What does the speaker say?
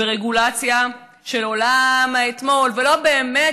ברגולציה של עולם האתמול ולא באמת